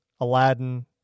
Aladdin